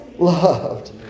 loved